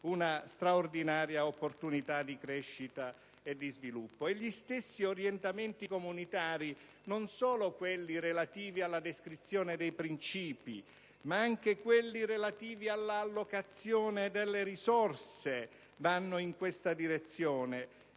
una straordinaria opportunità di crescita e di sviluppo. Gli stessi orientamenti comunitari, non solo quelli relativi alla descrizione dei principi, ma anche quelli relativi alla allocazione delle risorse, vanno in questa direzione.